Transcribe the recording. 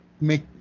make